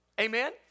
Amen